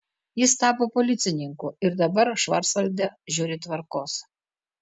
jis tapo policininku ir dabar švarcvalde žiūri tvarkos